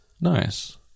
nice